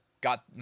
got